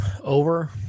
Over